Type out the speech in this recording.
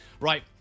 Right